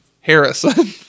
Harrison